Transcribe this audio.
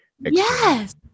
Yes